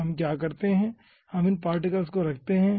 तो हम क्या करते हैं हम इन पार्टिकल्स को रखते हैं